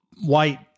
white